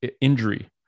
injury